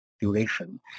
duration